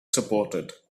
supported